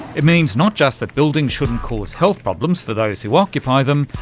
it means not just that buildings shouldn't cause health problems for those who occupy them,